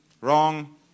wrong